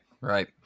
Right